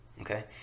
Okay